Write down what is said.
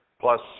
plus